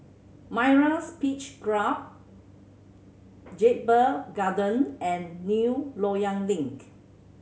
Myra's Beach Club Jedburgh Garden and New Loyang Link